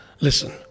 Listen